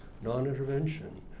non-intervention